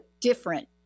different